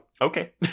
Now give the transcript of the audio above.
Okay